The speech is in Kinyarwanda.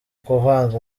kuvanga